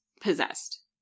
possessed